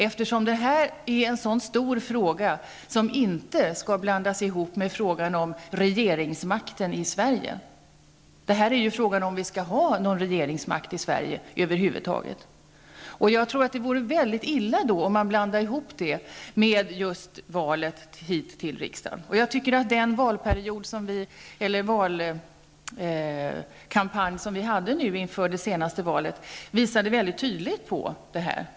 Eftersom detta är en så stor fråga bör den inte sammanblandas med frågan om regeringsmakten i Sverige. Frågan är ju om vi över huvud taget skall ha någon regeringsmakt i Sverige. Valkampanjen inför det senaste valet var väldigt klargörande.